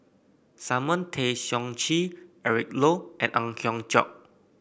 Simon Tay Seong Chee Eric Low and Ang Hiong Chiok